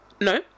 No